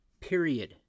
Period